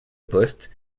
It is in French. poste